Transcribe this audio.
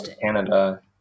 Canada